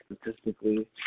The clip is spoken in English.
statistically